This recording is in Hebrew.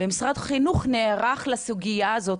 משרד החינוך נערך לסוגייה הזאת,